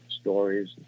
stories